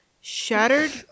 shattered